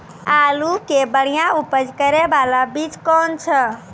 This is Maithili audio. आलू के बढ़िया उपज करे बाला बीज कौन छ?